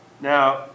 Now